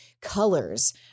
colors